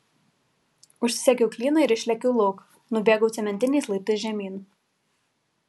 užsisegiau klyną ir išlėkiau lauk nubėgau cementiniais laiptais žemyn